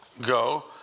go